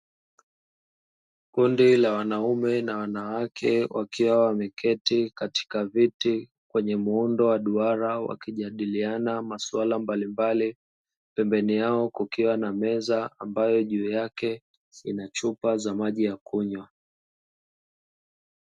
Kundi la wanaume na wanawake wakiwa wameketi katika viti kwenye muundo wa duara wakijadiliana masuala mbalimbali, pembeni yao kukiwa na meza ambayo juu yake ina chupa za maji ya kunywa.